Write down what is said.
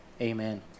Amen